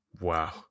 Wow